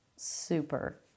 super